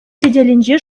тетелӗнче